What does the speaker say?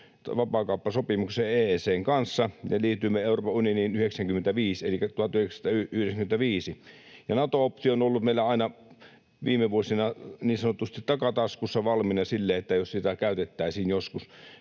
vapaakauppasopimuksen EEC:n kanssa, ja liityimme Euroopan unioniin 1995. Nato-optio on ollut meillä viime vuosina aina niin sanotusti takataskussa, valmiina siihen, että sitä käytettäisiin joskus.